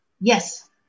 Yes